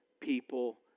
people